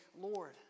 Lord